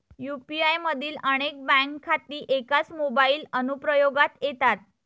UPI मधील अनेक bank खाती एकाच मोबाइल अनुप्रयोगात येतात